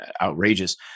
outrageous